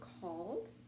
called